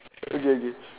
okay okay